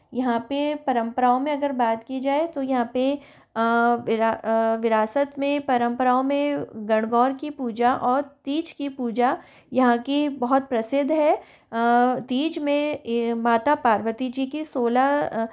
यहाँ पे परम्पराओं में अगर बात की जाए तो यहाँ पे विरा विरासत में परम्पराओं में गणगौर की पूजा और तीज की पूजा यहाँ की बहुत प्रसिद्ध है तीज में ए माता पार्वती जी की सोलह